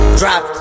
drop